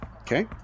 Okay